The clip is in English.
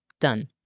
Done